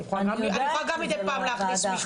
את יכולה גם מדי פעם להכניס משפט.